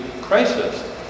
crisis